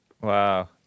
Wow